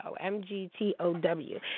M-G-T-O-W